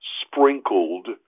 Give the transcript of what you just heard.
sprinkled